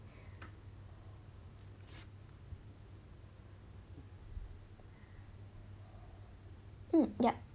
mm yup